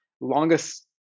longest